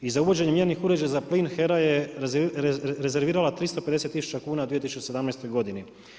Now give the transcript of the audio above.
I za uvođenje mjernih uređaja za plin, HERA je rezervirala 350000 kn, u 2017. godini.